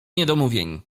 niedomówień